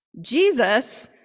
Jesus